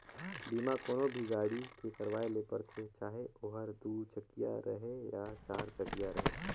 बीमा कोनो भी गाड़ी के करवाये ले परथे चाहे ओहर दुई चकिया रहें या चार चकिया रहें